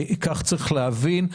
כך צריך להבין.